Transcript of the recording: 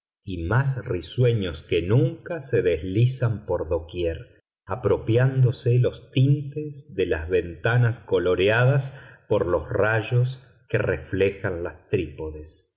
y más risueños que nunca se deslizan por doquier apropiándose los tintes de las ventanas coloreadas por los rayos que reflejan las trípodes